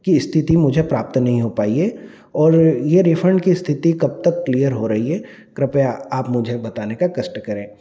कि स्थिति मुझे प्राप्त नहीं हो पाई है और यह रिफंड की स्थिति कब तक क्लियर हो रही है कृपया आप मुझे बताने का कष्ट करें